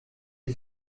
est